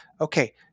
Okay